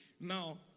Now